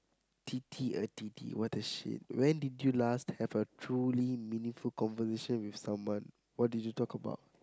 T T uh T T what the shit when did you last had a truly meaningful conversation with someone what did you talk about